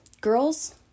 girls